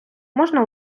можна